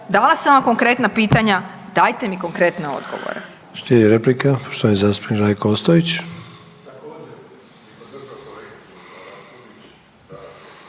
dala sam vam konkretna pitanja dajte mi konkretne odgovore.